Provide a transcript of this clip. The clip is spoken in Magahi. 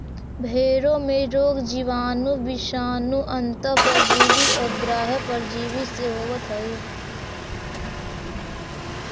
भेंड़ों में रोग जीवाणु, विषाणु, अन्तः परजीवी और बाह्य परजीवी से होवत हई